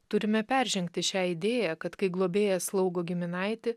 turime peržengti šią idėją kad kai globėjas slaugo giminaitį